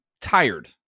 tired